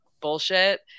bullshit